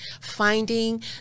finding